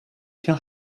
till